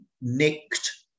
nicked